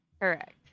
Correct